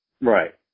Right